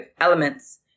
elements